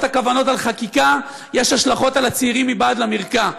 הכוונות על חקיקה יש השלכות על הצעירים מבעד למרקע.